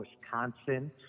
Wisconsin